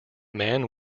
man